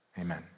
amen